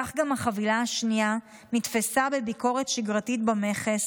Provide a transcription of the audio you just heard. כך גם החבילה השנייה נתפסה בביקורת שגרתית במכס,